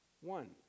One